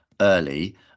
early